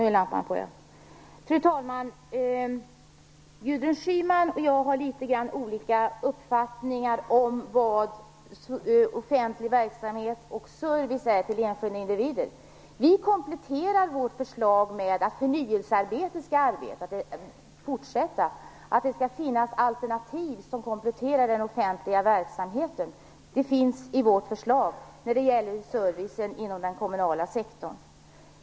Fru talman! Gudrun Schyman och jag har litet olika uppfattning om vad offentlig verksamhet och service till den enskilde individen är. Vårt förslag kompletteras med att förnyelsearbetet skall fortsätta. Det skall finnas alternativ till den offentliga verksamheten. Det finns med i vårt förslag när det gäller service inom den kommunala sektorn.